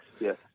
yes